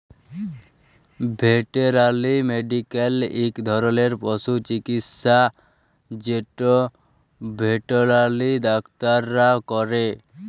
veterinary medical ইক ধরলের পশু চিকিচ্ছা যেট ভেটেলারি ডাক্তাররা ক্যরে